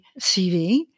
CV